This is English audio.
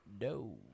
No